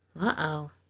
Uh-oh